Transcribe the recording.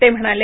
ते म्हणाले